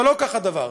אבל לא כך הדבר.